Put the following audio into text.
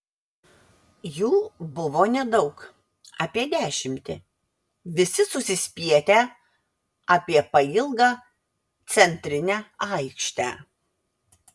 jų buvo nedaug apie dešimtį visi susispietę apie pailgą centrinę aikštę